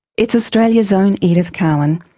it's australia's own edith cowan,